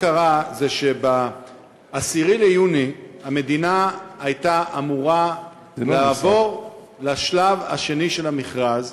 ב-10 ביוני המדינה הייתה אמורה לעבור לשלב השני של המכרז,